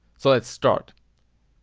so let's start.